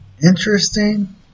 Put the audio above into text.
interesting